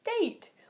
date